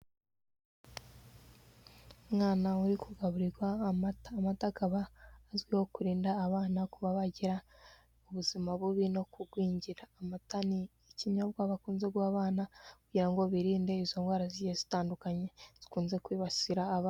Umwana uri kugaburirwa amata, amata akaba azwiho kurinda abana kuba bagira ubuzima bubi no kugwingira, amata ni ikinyobwa bakunze guha abana kugira ngo bibarinde izo ndwara zitandukanye zikunze kwibasira abana.